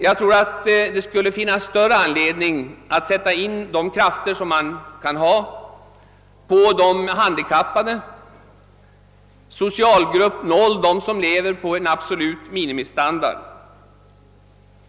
Jag tror att det skulle finnas större anledning att sätta in de resurser vi kan ha på de handikappade, på socialgrupp 0, på dem som lever på en absolut minimistandard.